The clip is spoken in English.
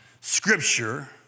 scripture